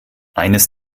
eines